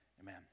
Amen